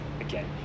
again